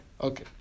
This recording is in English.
Okay